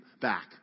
back